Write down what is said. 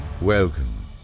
Welcome